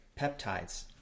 peptides